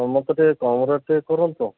ହଉ ମୋତେ ଟିକେ କମ ରେଟ ଟିକେ କରନ୍ତୁ